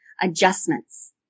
adjustments